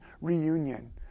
reunion